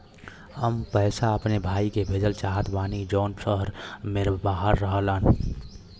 हम पैसा अपने भाई के भेजल चाहत बानी जौन शहर से बाहर रहेलन